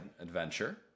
adventure